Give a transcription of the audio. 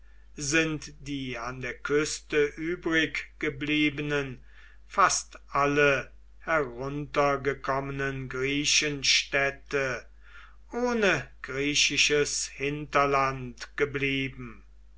sind die an der küste übriggebliebenen fast alle heruntergekommenen griechenstädte ohne griechisches hinterland geblieben